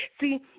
See